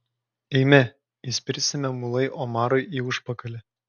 eime įspirsime mulai omarui į užpakalį